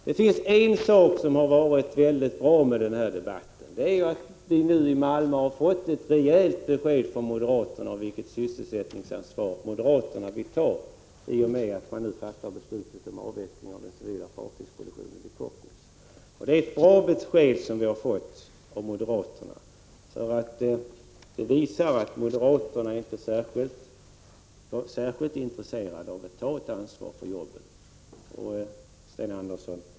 Det är en sak som har varit mycket bra med den här debatten — det är att vi i Malmö i och med att man nu fattar beslut om avvecklingen av den civila fartygsproduktionen vid Kockums har fått ett rejält besked från moderaterna om vilket sysselsättningsansvar moderaterna vill ta. Det är bra att vi nu har fått det beskedet av moderaterna. Det visar att moderaterna inte är särskilt intresserade av att ta ansvar för jobben.